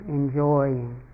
enjoying